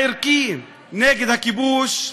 הערכי, נגד הכיבוש.